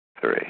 Three